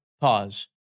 pause